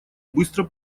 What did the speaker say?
быстро